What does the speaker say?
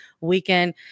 weekend